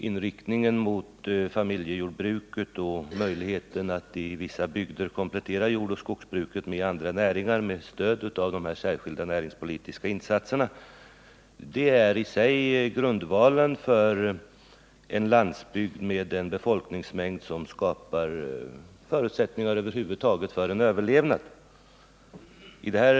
Inriktningen mot familjejordbruk och möjligheten att i vissa bygder komplettera jordoch skogsbruket med andra näringsgrenar med stöd av de här särskilda näringspolitiska insatserna är i sig grundvalen för en landsbygd med en sådan befolkningsmängd att förutsättningar finns för en överlevnad över huvud taget.